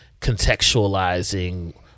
contextualizing